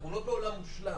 אנחנו לא בעולם מושלם.